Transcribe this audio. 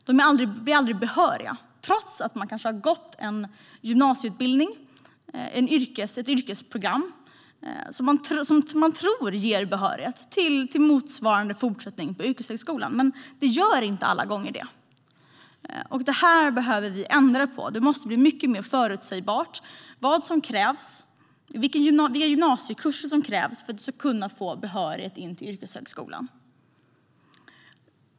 De blir aldrig behöriga, trots att de kanske har gått ett yrkesprogram på gymnasiet som de tror ger behörighet till motsvarande fortsättning på yrkeshögskolan, men det gör det inte alla gånger. Det behöver vi ändra på. Det måste bli mycket mer förutsägbart vilka gymnasiekurser som krävs för att man ska få behörighet till yrkeshögskolan.